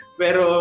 pero